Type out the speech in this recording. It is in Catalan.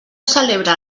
celebra